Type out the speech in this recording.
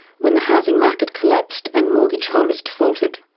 when the housing market collapsed and mortgage holders defaulted.